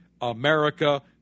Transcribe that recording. America